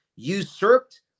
usurped